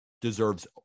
deserves